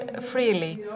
freely